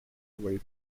way